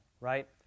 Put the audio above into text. Right